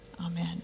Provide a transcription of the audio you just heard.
amen